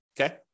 okay